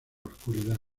oscuridad